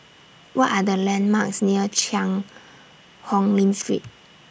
What Are The landmarks near Cheang Hong Lim Street